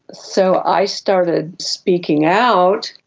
so i started speaking out.